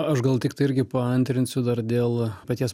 aš gal tiktai irgi paantrinsiu dar dėl paties